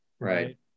Right